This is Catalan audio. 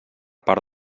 part